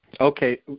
okay